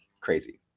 crazy